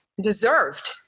deserved